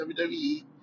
WWE